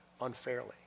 unfairly